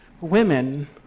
Women